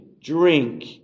drink